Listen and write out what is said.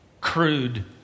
crude